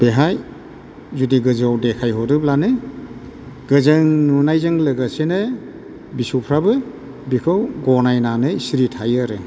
बेवहाय जुदि गोजौआव देखाय हरोब्लानो गोजों नुनायजों लोगोसेनो बिसबफ्राबो बेखौ गनायनानै सिरि थायो आरो